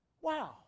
Wow